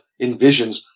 envisions